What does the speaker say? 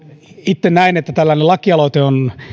itse näin että tällainen lakialoite on